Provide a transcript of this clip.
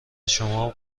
شما